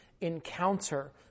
encounter